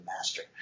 master